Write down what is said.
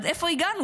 עד איפה הגענו?